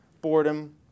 boredom